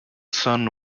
son